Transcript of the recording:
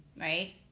Right